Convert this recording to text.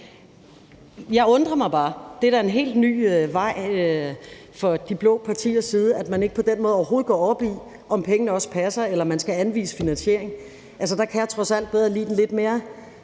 Jeg undrer mig bare. Det er da en helt ny vej for de blå partier, at man ikke på den måde overhovedet går op i, om pengene passer, eller om man skal anvise finansiering. Der kan jeg trods alt bedre lide den lidt mere